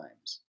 times